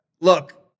Look